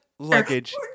Luggage